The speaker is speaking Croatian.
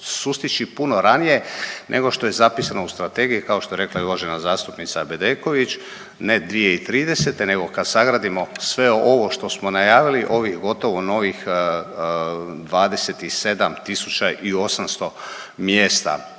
sustići puno ranije nego što je zapisano u strategiji. Kao što je rekla i uvažena zastupnica Bedeković ne 2030. nego kad sagradimo sve ovo što smo najavili, ovih gotovo novih 27 tisuća